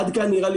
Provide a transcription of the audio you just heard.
עד כאן, נראה לי.